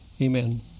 Amen